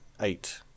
eight